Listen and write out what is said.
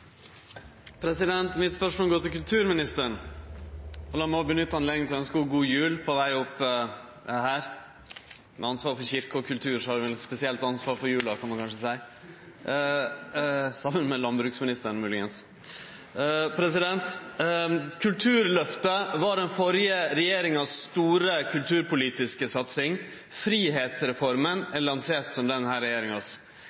Mitt spørsmål går til kulturministeren. Lat meg òg nytte høvet til å ønskje ho god jul på veg bort til talarstolen. Sidan statsråden har ansvaret for kyrkje og kultur, har ho vel eit spesielt ansvar for jula, kan ein kanskje seie – saman med landbruksministeren, moglegvis. Kulturløftet var den førre regjeringa si store kulturpolitiske satsing.